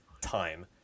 time